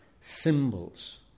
symbols